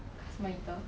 class monitor